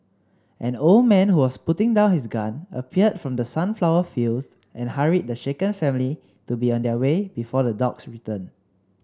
an old man who was putting down his gun appeared from the sunflower fields and hurried the shaken family to be on their way before the dogs return